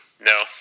No